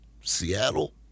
Seattle